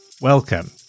Welcome